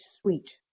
sweet